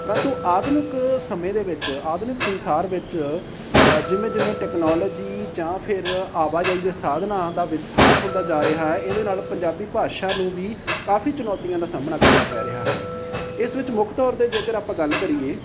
ਪਰੰਤੂ ਆਧੁਨਿਕ ਸਮੇਂ ਦੇ ਵਿੱਚ ਆਧੁਨਿਕ ਸੰਸਾਰ ਵਿੱਚ ਜਿਵੇਂ ਜਿਵੇਂ ਟੈਕਨੋਲੋਜੀ ਜਾਂ ਫਿਰ ਆਵਾਜਾਈ ਦੇ ਸਾਧਨਾਂ ਦਾ ਵਿਸਥਾਰ ਹੁੰਦਾ ਜਾ ਰਿਹਾ ਹੈ ਇਹਦੇ ਨਾਲ ਪੰਜਾਬੀ ਭਾਸ਼ਾ ਨੂੰ ਵੀ ਕਾਫੀ ਚੁਣੌਤੀਆਂ ਦਾ ਸਾਹਮਣਾ ਕਰਨਾ ਪੈ ਰਿਹਾ ਹੈ ਇਸ ਵਿੱਚ ਮੁੱਖ ਤੌਰ 'ਤੇ ਜੇਕਰ ਆਪਾਂ ਗੱਲ ਕਰੀਏ